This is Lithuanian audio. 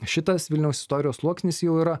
šitas vilniaus istorijos sluoksnis jau yra